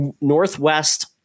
northwest